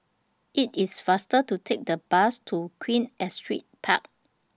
IT IS faster to Take The Bus to Queen Astrid Park